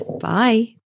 Bye